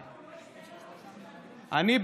אני,